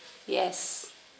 yes